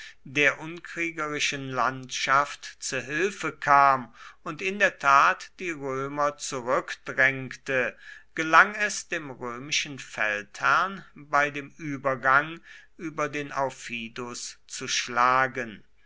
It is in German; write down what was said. der unkriegerischen landschaft zu hilfe kam und in der tat die römer zurückdrängte gelang es dem römischen feldherrn bei dem übergang über den aufidus zu schlagen